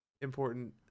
important